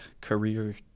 career